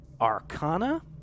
arcana